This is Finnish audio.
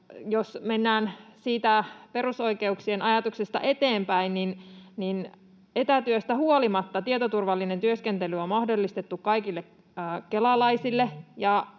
jos mennään perusoikeuksien ajatuksesta eteenpäin, niin etätyöstä huolimatta tietoturvallinen työskentely on mahdollistettu kaikille kelalaisille.